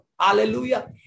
Hallelujah